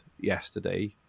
yesterday